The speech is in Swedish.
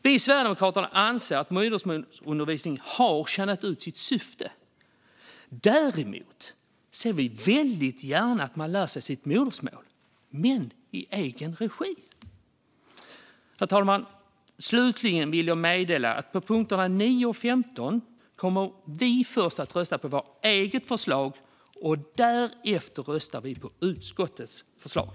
Vi i Sverigedemokraterna anser att modersmålsundervisningen har tjänat ut sitt syfte. Däremot ser vi väldigt gärna att man lär sig sitt modersmål men att man gör det i egen regi. Herr talman! Slutligen vill jag meddela att vi under punkterna 9 och 15 först kommer att rösta på vårt eget förslag, och därefter röstar vi på utskottets förslag.